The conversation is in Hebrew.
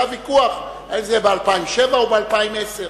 היה ויכוח אם זה יהיה ב-2007 או ב-2010.